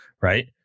Right